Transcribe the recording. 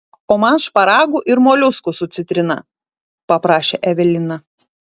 o man šparagų ir moliuskų su citrina paprašė evelina